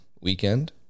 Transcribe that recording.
weekend